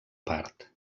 part